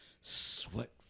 sweat